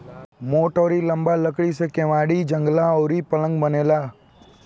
मोट अउरी लंबा लकड़ी से केवाड़ी, जंगला अउरी पलंग बनेला